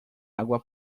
água